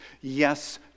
Yes